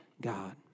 God